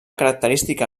característica